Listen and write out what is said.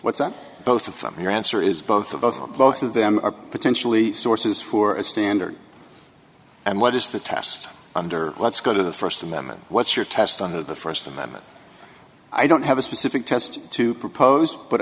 what's on both of them your answer is both of them both of them are potentially sources for a standard and what is the test under let's go to the first amendment what's your test on the first amendment i don't have a specific test to propose but